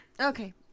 Okay